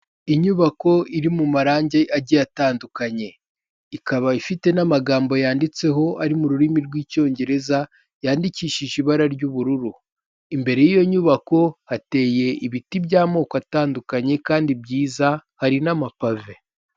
Inyubako iri mu marange agiye atandukanye. Ikaba ifite n'amagambo yanditseho ari mu rurimi rw'Icyongereza, yandikishije ibara ry'ubururu. Imbere y'iyo nyubako hateye ibiti by'amoko atandukanye kandi byiza, hari n'amapave.